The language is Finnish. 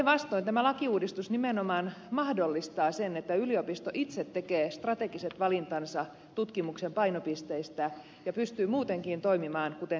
päinvastoin tämä lakiuudistus nimenomaan mahdollistaa sen että yliopisto itse tekee strategiset valintansa tutkimuksen painopisteistä ja pystyy muutenkin toimimaan kuten kansainväliset yliopistot